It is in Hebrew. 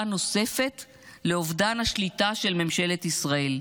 נוספת לאובדן השליטה של ממשלת ישראל.